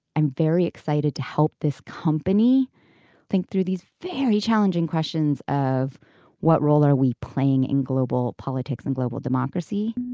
i'm very excited to help this company think through these very challenging questions of what role are we playing in global politics and global democracy